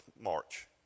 March